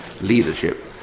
leadership